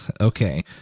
Okay